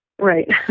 Right